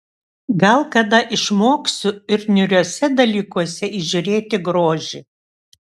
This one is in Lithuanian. gal kada išmoksiu ir niūriuose dalykuose įžiūrėti grožį